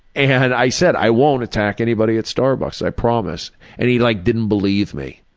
and i said, i won't attack anybody at starbucks. i promise. and he like didn't believe me.